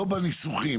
לא בניסוחים.